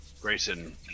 Grayson